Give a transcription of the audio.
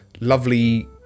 lovely